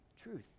truth